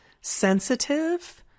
sensitive